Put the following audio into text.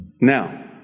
now